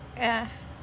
ya